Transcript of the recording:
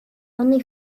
only